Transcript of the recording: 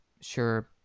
sure